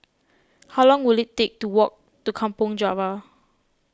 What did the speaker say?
how long will it take to walk to Kampong Java